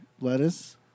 Lettuce